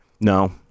No